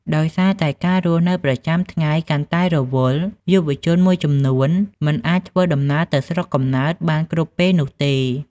ដោយសារតែការរស់នៅប្រចាំថ្ងៃកាន់តែរវល់ យុវជនមួយចំនួនមិនអាចធ្វើដំណើរទៅស្រុកកំណើតបានគ្រប់ពេលនោះទេ។